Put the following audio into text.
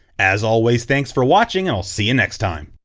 as always, thanks for watching and i'll see you next time.